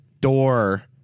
door